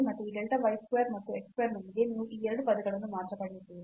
ಮತ್ತು ಈ delta y square ಮತ್ತು x square ನೊಂದಿಗೆ ನೀವು ಈ 2 ಪದಗಳನ್ನು ಮಾತ್ರ ಪಡೆಯುತ್ತೀರಿ